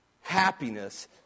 Happiness